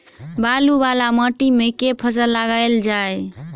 बालू वला माटि मे केँ फसल लगाएल जाए?